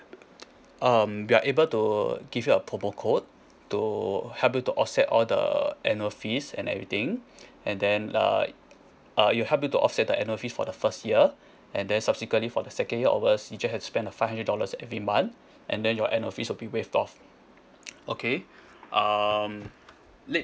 um we are able to give you a promo code to help you to offset all the annual fees and everything and then uh uh it'll help you to offset the annual fees for the first year and then subsequently for the second year onwards you just have to spend a five hundred dollars every month and then your annual fees will be waived off okay um